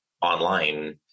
online